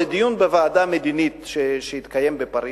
לדיון בוועדה המדינית של מועצת אירופה שהתקיים בפריס.